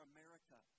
America